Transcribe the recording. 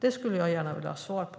Det skulle jag gärna vilja ha svar på.